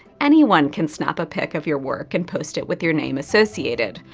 anyone can snap a pic of your work and post it with your name associated,